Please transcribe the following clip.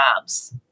jobs